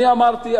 אמרתי,